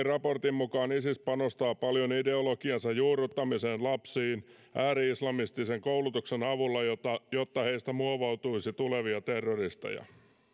raportin mukaan isis panostaa paljon ideologiansa juurruttamiseen lapsiin ääri islamistisen koulutuksen avulla jotta heistä muovautuisi tulevia terroristeja